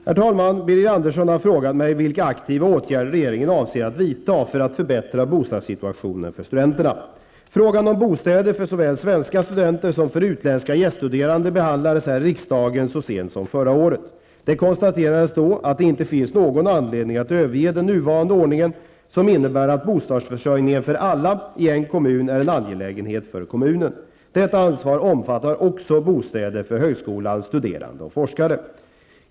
Herr talman! Birger Andersson har frågat mig vilka aktiva åtgärder regeringen avser att vidta för att förbättra bostadssituationen för studenterna. Frågan om bostäder för såväl svenska studenter som utländska gäststuderande behandlades här i riksdagen så sent som förra året. Det konstaterades då att det inte finns någon anledning att överge den nuvarande ordningen, som innebär att bostadsförsörjningen för alla i en kommun är en angelägenhet för kommunen. Detta ansvar omfattar också bostäder för högskolans studerande och forskare.